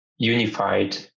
unified